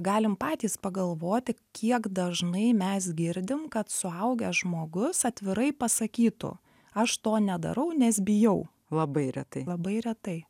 galim patys pagalvoti kiek dažnai mes girdim kad suaugęs žmogus atvirai pasakytų aš to nedarau nes bijau labai retai labai retai